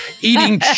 eating